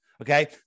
okay